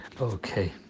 Okay